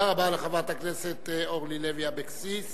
תודה רבה לחברת הכנסת אורלי לוי אבקסיס.